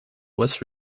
west